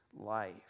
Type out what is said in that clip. life